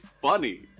funny